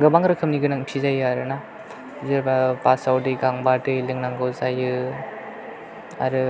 गोबां रोखोमनि गोनांथि जायो आरोना जेनेबा बास आव दै गांबा दै लोंनांगौ जायो आरो